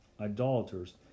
idolaters